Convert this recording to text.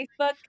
Facebook